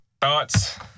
thoughts